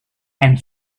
and